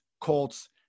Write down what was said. Colts